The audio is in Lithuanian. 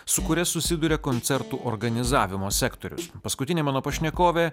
su kuria susiduria koncertų organizavimo sektorius paskutinė mano pašnekovė